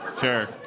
sure